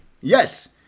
Yes